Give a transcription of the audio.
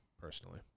personally